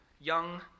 young